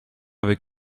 avec